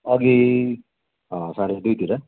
अघि साढे दुईतिर